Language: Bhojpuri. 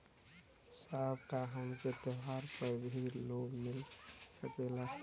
साहब का हमके त्योहार पर भी लों मिल सकेला?